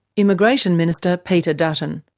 immigration minister peter dutton.